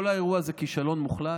כל האירוע הזה הוא כישלון מוחלט.